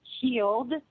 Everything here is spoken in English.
healed